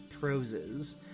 proses